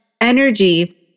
energy